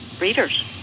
readers